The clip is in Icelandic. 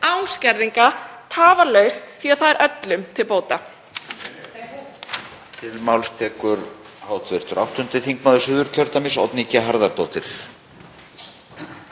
skerðinga tafarlaust því að það er öllum til bóta.